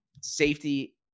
Safety